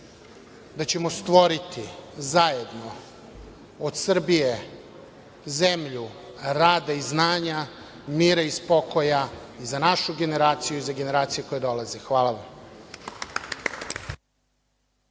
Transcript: da ćemo stvoriti zajedno od Srbije zemlju rada i znanja, mira i spokoja i za našu generaciju i za generacije koje dolaze. Hvala vam.